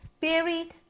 buried